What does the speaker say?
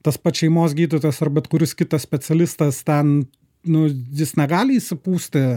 tas pats šeimos gydytojas ar bet kuris kitas specialistas ten nu jis negali išsipūsti